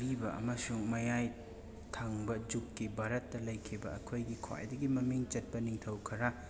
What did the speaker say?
ꯑꯔꯤꯕ ꯑꯃꯁꯨꯡ ꯃꯌꯥꯏ ꯊꯪꯕ ꯖꯨꯛꯀꯤ ꯚꯥꯔꯠꯇ ꯂꯩꯈꯤꯕ ꯑꯩꯈꯣꯏꯒꯤ ꯈ꯭ꯋꯥꯏꯗꯒꯤ ꯃꯃꯤꯡ ꯆꯠꯄ ꯅꯤꯡꯊꯧ ꯈꯔ